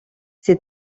ces